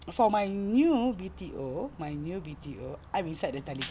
for my new B_T_O my new B_T_O I'm inside the Telegram